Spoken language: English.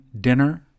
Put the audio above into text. dinner